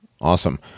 Awesome